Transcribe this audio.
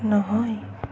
নহয়